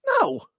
No